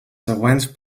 següents